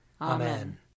Amen